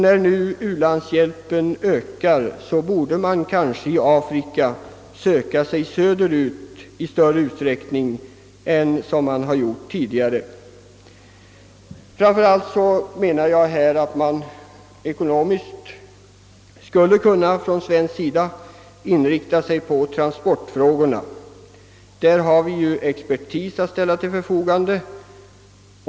När nu u-landshjälpen ökar, borde man kanske söka sig söderut i Afrika i större utsträckning än man hittills har gjort. Från svensk sida skulle vi framför allt kunna inrikta oss på transportfrågorna där vi har expertis att ställa till förfogande.